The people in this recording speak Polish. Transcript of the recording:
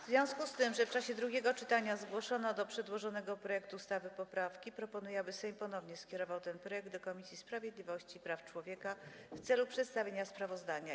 W związku z tym, że w czasie drugiego czytania zgłoszono do przedłożonego projektu ustawy poprawki, proponuję, aby Sejm ponownie skierował ten projekt do Komisji Sprawiedliwości i Praw Człowieka w celu przedstawienia sprawozdania.